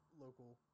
local